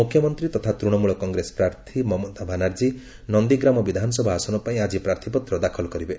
ମୁଖ୍ୟମନ୍ତ୍ରୀ ତଥା ତୃଣମୂଳ କଂଗ୍ରେସ ପ୍ରାର୍ଥୀ ମମତା ବାନାର୍ଜୀ ନନ୍ଦୀଗ୍ରାମ ବିଧାନସଭା ଆସନ ପାଇଁ ଆଜି ପ୍ରାର୍ଥୀପତ୍ର ଦାଖଲ କରିବେ